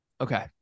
Okay